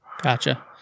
gotcha